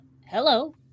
hello